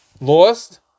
lost